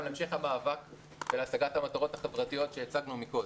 גם להמשך המאבק ולהשגת המטרות החברתיות שהצגנו קודם.